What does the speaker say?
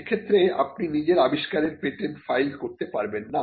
সেক্ষেত্রে আপনি নিজের আবিষ্কারের পেটেন্ট ফাইল করতে পারবেন না